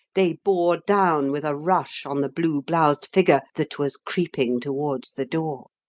they bore down with a rush on the blue-bloused figure that was creeping towards the door.